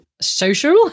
social